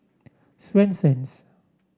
Swensens